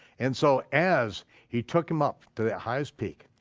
and so as he took him up to the highest peak,